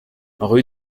rue